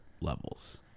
levels